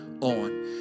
on